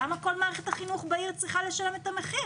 למה כל מערכת החינוך בעיר צריכה לשלם את המחיר?